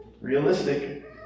realistic